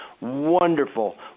wonderful